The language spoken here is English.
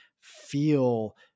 feel